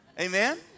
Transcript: Amen